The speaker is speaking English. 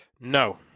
No